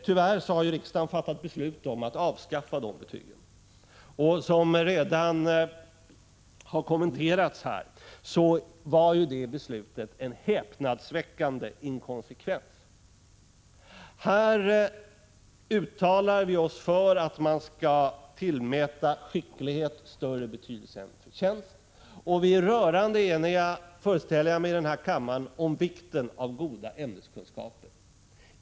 Tyvärr har riksdagen fattat beslut om att avskaffa dessa betyg, och detta beslut var en häpnadsväckande inkonsekvens vilket redan har kommenterats. Här uttalar vi oss för att man skall tillmäta skicklighet större betydelse än förtjänst, och vi är i denna kammare rörande eniga om vikten av goda ämneskunskaper.